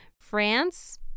France